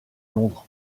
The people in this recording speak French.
londres